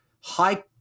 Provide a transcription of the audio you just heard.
high